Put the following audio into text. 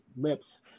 lips